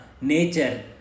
nature